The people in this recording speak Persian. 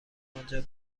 آنجا